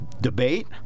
debate